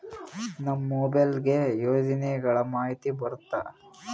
ನಮ್ ಮೊಬೈಲ್ ಗೆ ಯೋಜನೆ ಗಳಮಾಹಿತಿ ಬರುತ್ತ?